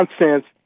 nonsense